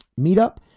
meetup